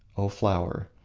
o flower!